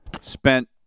spent –